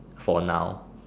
for now